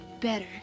Better